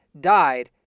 died